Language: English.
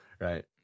right